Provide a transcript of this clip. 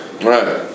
Right